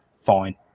fine